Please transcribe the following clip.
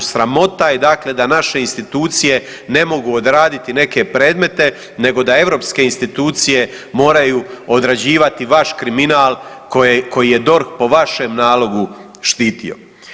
Sramota je dakle da naše institucije ne mogu odraditi neke predmete nego da europske institucije moraju odrađivati vaš kriminal koji je DORH po vašem nalogu štitio.